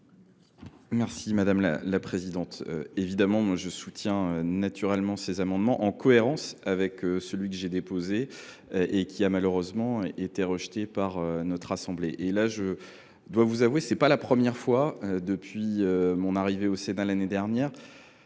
explication de vote. Je soutiens naturellement ces amendements, en cohérence avec celui que j’avais déposé et qui a malheureusement été rejeté par notre assemblée. Je dois vous avouer que ce n’est pas la première fois, depuis mon arrivée au Sénat l’année dernière,